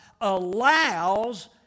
allows